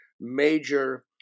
major